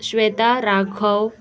Shweta Raghav